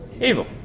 Evil